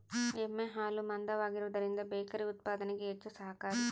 ಎಮ್ಮೆ ಹಾಲು ಮಂದವಾಗಿರುವದರಿಂದ ಬೇಕರಿ ಉತ್ಪಾದನೆಗೆ ಹೆಚ್ಚು ಸಹಕಾರಿ